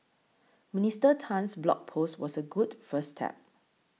Minister Tan's blog post was a good first step